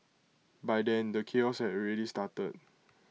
by then the chaos had already started